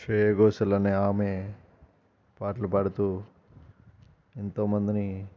శ్రేయ గోషాల్ అనే ఆమె పాటలు పాడుతూ ఎంతోమందిని